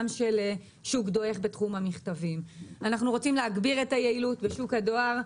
אנחנו רוצים להגביר את היעילות בשוק הדואר,